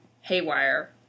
Haywire